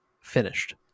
finished